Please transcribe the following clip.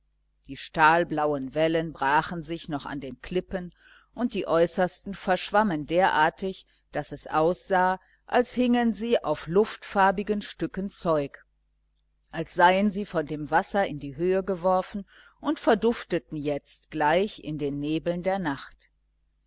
die stahlblauen wellen brachen sich noch an den klippen und die äußersten verschwammen derartig daß es aussah als hingen sie auf luftfarbigen stücken zeug als seien sie von dem wasser in die höhe geworfen und verdufteten jetzt gleich in den nebeln der nacht